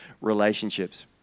relationships